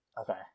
Okay